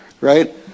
right